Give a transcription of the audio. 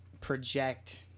project